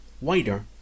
wider